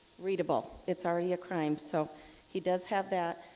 readable it's already a crime so he does have that